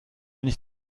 nicht